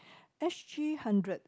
s_g hundred